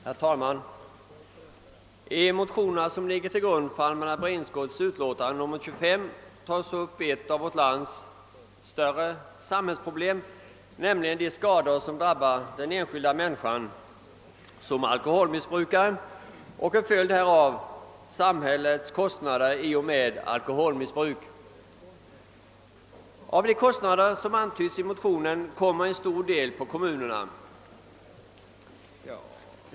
Herr talman! I den motion som ligger till grund för allmänna beredningsutskottets utlåtande nr 25 tas upp ett av vårt lands större samhällsproblem, nämligen de skador som drabbar den enskilda människan som är alkoholmissbrukare och såsom en följd härav samhällets kostnader på grund av al : koholmissbruk. Av de kostnader som antytts i motionen kommer en stor del på kommunerna.